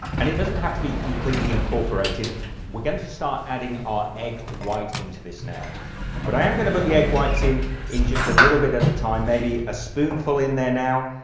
and it doesn't have to be completely incorporated we're going to start adding our egg white into this now but i am going to put the egg whites in in just a little bit at a time maybe a spoonful in there now